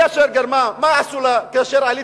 היא אשר גרמה, מה עשו כאשר עליתם?